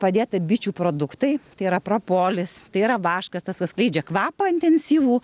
padėta bičių produktai tai yra propolis tai yra vaškas tas kas skleidžia kvapą intensyvų